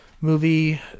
movie